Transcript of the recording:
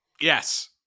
yes